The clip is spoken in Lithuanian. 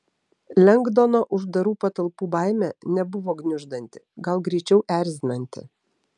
lengdono uždarų patalpų baimė nebuvo gniuždanti gal greičiau erzinanti